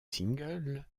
singles